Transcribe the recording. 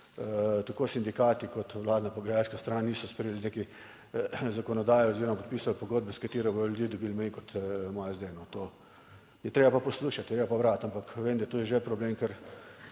tako sindikati kot vladna pogajalska stran niso sprejeli neke zakonodaje oziroma podpisali pogodbe, s katero bodo ljudje dobili manj kot imajo sedaj. Je treba pa poslušati, je treba pa brati, ampak vem, da to je že problem,